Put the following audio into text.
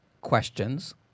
questions